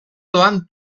doan